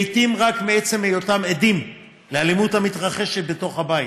לעיתים רק מעצם היותם עדים לאלימות המתרחשת בתוך הבית.